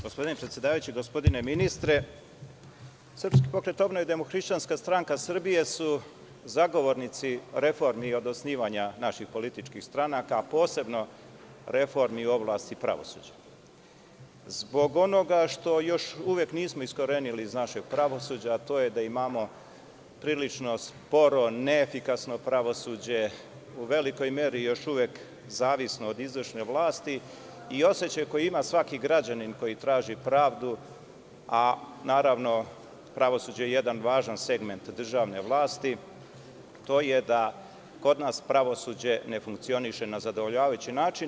Gospodine predsedavajući, gospodine ministre, SPO i DHSS su zagovornici reformi od osnivanja naših političkih stranaka, posebno reformi u oblasti pravosuđa, zbog onoga što još uvek nismo iskorenili iz našeg pravosuđa, a to je da imamo prilično sporo, neefikasno pravosuđe, u velikoj meri još uvek zavisno od izvršne vlasti i osećaja koji ima svaki građanin koji traži pravdu, a naravno, pravosuđe je jedan važan segment državne vlasti, a to je da kod nas pravosuđe ne funkcioniše na zadovoljavajući način.